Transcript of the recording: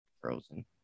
Frozen